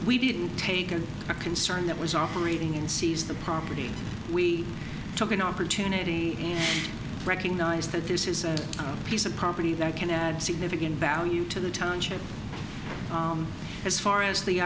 we didn't take a concern that was operating in seas the property we took an opportunity recognize that this is a piece of property that can add significant value to the township as far as the